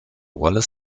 wallace